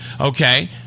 Okay